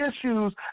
issues